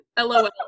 LOL